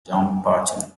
dumbarton